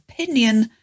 opinion